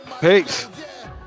Peace